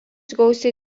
gausiai